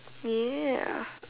ya